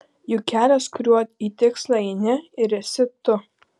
juk kelias kuriuo į tikslą eini ir esi tu